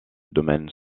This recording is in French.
domaines